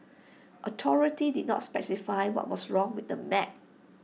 authorities did not specify what was wrong with the map